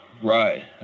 Right